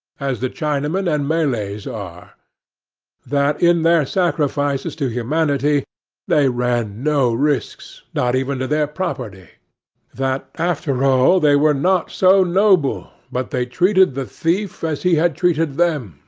as the chinamen and malays are that in their sacrifices to humanity they ran no risks, not even to their property that after all they were not so noble but they treated the thief as he had treated them,